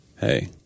hey